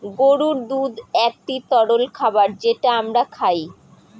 গরুর দুধ একটি তরল খাবার যেটা আমরা খায়